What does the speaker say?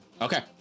Okay